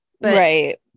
Right